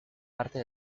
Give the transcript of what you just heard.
parte